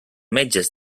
metges